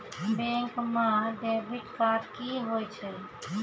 Bank म debit card की होय छै?